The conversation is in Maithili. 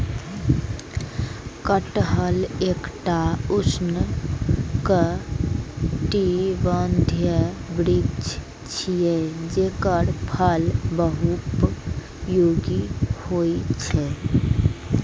कटहल एकटा उष्णकटिबंधीय वृक्ष छियै, जेकर फल बहुपयोगी होइ छै